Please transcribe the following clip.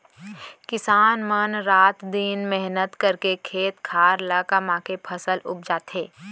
किसान मन रात दिन मेहनत करके खेत खार ल कमाके फसल उपजाथें